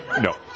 No